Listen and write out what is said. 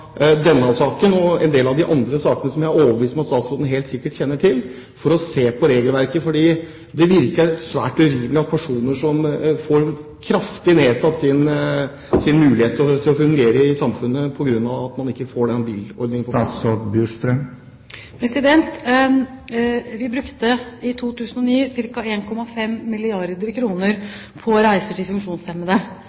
denne saken – og en del av de andre sakene som jeg er overbevist om at statsråden helt sikkert kjenner til – for å se på regelverket, for det virker svært urimelig at personer skal få muligheten til å fungere i samfunnet kraftig nedsatt på grunn av at man ikke får på plass denne bilordningen. Vi brukte i 2009